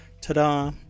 Ta-da